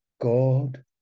God